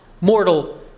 mortal